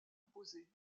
imposés